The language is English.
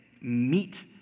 meet